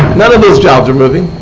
none of those jobs are moving.